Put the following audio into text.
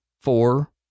four